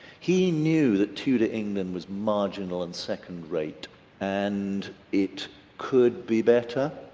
he knew that tudor england was marginal and second-rate and it could be better,